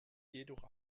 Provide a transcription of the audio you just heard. jedoch